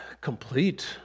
complete